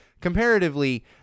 comparatively